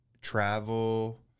travel